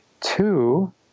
Two